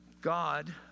God